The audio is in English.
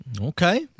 Okay